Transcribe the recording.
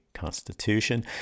Constitution